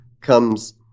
comes